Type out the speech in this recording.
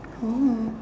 oh